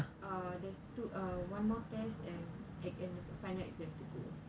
uh there's two uh one more test and e~ final exam to go